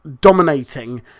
...dominating